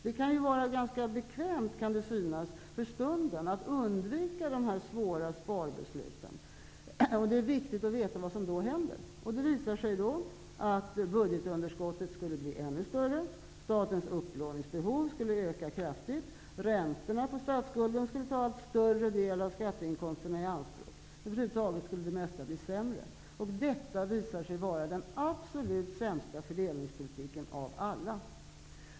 Det kan för stunden synas vara ganska bekvämt att undvika de svåra sparbesluten, och det är viktigt att veta vad som i så fall händer. Det visar sig då att budgetunderskottet skulle bli ännu större. Statens upplåningsbehov skulle öka kraftigt. Räntorna på statsskulden skulle ta allt större del av skatteinkomsterna i anspråk. Över huvud taget skulle det mesta bli sämre. Detta visar sig vara den absolut sämsta fördelningspolitiken av alla.